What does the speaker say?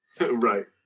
Right